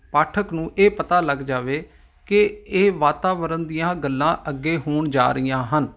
ਪਾਠਕ ਨੂੰ ਇਹ ਪਤਾ ਲੱਗ ਜਾਵੇ ਕਿ ਇਹ ਵਾਤਾਵਰਨ ਦੀਆਂ ਗੱਲਾਂ ਅੱਗੇ ਹੋਣ ਜਾ ਰਹੀਆਂ ਹਨ